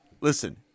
Listen